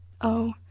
Oh